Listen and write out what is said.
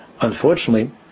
Unfortunately